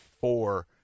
four